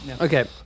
Okay